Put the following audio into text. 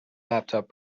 laptop